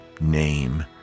name